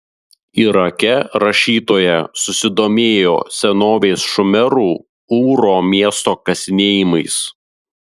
irake rašytoja susidomėjo senovės šumerų ūro miesto kasinėjimais